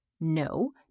No